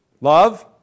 love